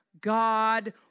God